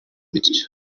bityo